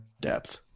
depth